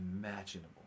imaginable